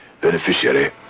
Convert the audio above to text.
beneficiary